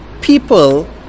people